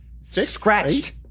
scratched